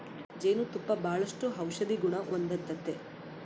ಜೇನು ತುಪ್ಪ ಬಾಳಷ್ಟು ಔಷದಿಗುಣ ಹೊಂದತತೆ